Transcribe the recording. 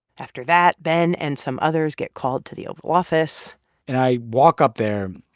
after that, ben and some others get called to the oval office and i walk up there,